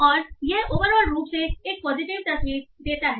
और यह ओवरऑल रूप एक पॉजिटिव तस्वीर देता है